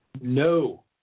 no